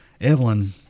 Evelyn